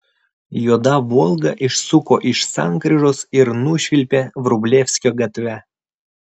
juoda volga išsuko iš sankryžos ir nušvilpė vrublevskio gatve